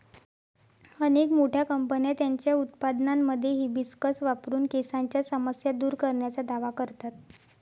अनेक मोठ्या कंपन्या त्यांच्या उत्पादनांमध्ये हिबिस्कस वापरून केसांच्या समस्या दूर करण्याचा दावा करतात